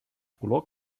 color